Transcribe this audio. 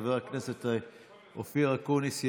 חבר הכנסת אופיר אקוניס,